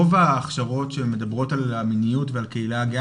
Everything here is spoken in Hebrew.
רוב ההכשרות שמדברות שעל המיניות ועל הקהילה הגאה